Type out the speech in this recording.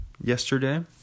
yesterday